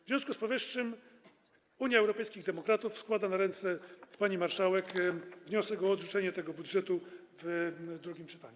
W związku z powyższym Unia Europejskich Demokratów składa na ręce pani marszałek wniosek o odrzucenie tego budżetu w drugim czytaniu.